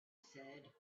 said